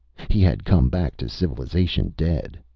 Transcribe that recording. he had come back to civilization dead.